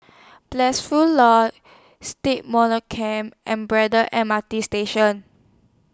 Blissful law Stagmont Camp and Braddell M R T Station